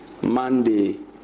Monday